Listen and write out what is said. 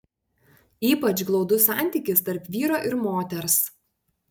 ypač glaudus santykis tarp vyro ir moters